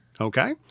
Okay